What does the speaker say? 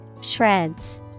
Shreds